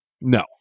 No